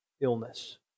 illness